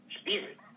spirit